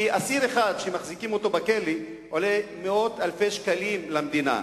כי אסיר אחד שמחזיקים אותו בכלא עולה מאות אלפי שקלים למדינה.